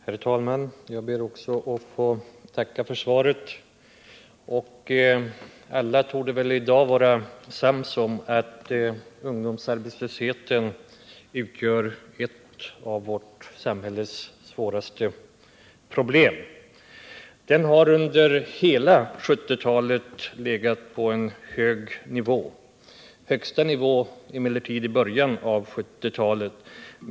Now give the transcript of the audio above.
Herr talman! Jag ber också att få tacka för svaret. Alla torde i dag vara överens om att ungdomsarbetslösheten utgör ett av vårt samhälles svåraste problem. Den har under hela 1970-talet legat på en hög nivå; på den högsta nivån emellertid i början av 1970-talet.